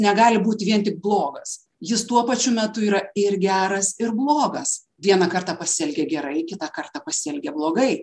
negali būti vien tik blogas jis tuo pačiu metu yra ir geras ir blogas vieną kartą pasielgia gerai kitą kartą pasielgia blogai